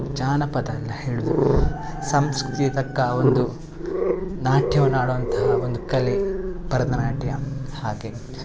ಜಾನಪದ ಅಲ್ಲ ಹೇಳುವುದು ಸಂಸ್ಕೃತಿಗೆ ತಕ್ಕ ಒಂದು ನಾಟ್ಯವನ್ನು ಆಡುವಂತಹ ಒಂದು ಕಲೆ ಭರತನಾಟ್ಯ ಹಾಗೆ